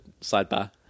sidebar